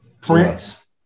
Prince